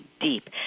deep